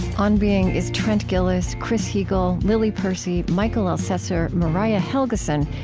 on being is trent gilliss, chris heagle, lily percy, mikel elcessor, mariah helgeson,